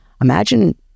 Imagine